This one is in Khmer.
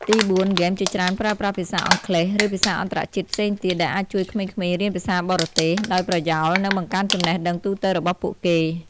ទីបួន ហ្គេមជាច្រើនប្រើប្រាស់ភាសាអង់គ្លេស ឬភាសាអន្តរជាតិផ្សេងទៀត ដែលអាចជួយក្មេងៗ រៀនភាសាបរទេស ដោយប្រយោល និងបង្កើនចំណេះដឹងទូទៅរបស់ពួកគេ។